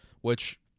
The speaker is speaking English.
which-